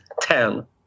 tell